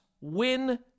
win